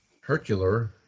Hercule